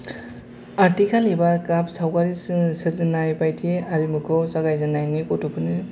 आखिनाय एबा गाब सावगारिजों सोरजिनाय बायदि आरिमुखौ जागायजेननायनि गथ'फोरनि